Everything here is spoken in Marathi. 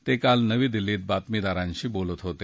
ते काल नवी दिल्लीत बातमीदारांशी बोलत होते